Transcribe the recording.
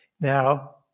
Now